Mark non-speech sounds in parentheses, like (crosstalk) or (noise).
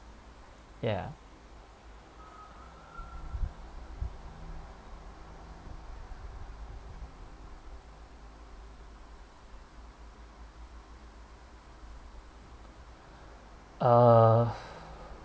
ya uh (breath)